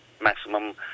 maximum